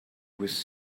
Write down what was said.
was